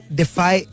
defy